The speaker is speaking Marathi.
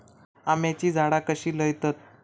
आम्याची झाडा कशी लयतत?